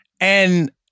And-